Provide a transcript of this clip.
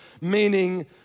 meaning